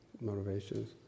Motivations